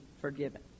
forgiven